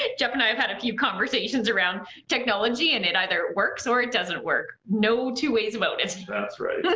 jeff and i have had a few conversations around technology, and it either works or it doesn't work, no two ways about it. that's right, yeah.